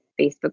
facebook